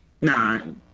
No